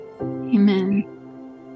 Amen